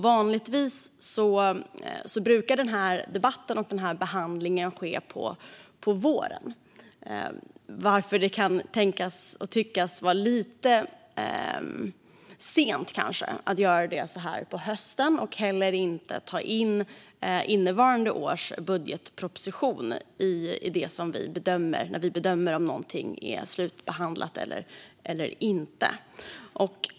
Vanligtvis brukar denna behandling och debatt ske på våren, varför det kan tänkas och tyckas vara lite sent att göra det så här på hösten och att inte heller ta in innevarande års budgetproposition när vi bedömer om något är slutbehandlat eller inte.